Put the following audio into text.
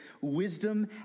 wisdom